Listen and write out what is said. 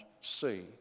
see